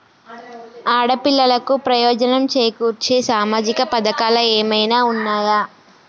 ఆడపిల్లలకు ప్రయోజనం చేకూర్చే సామాజిక పథకాలు ఏమైనా ఉన్నయా?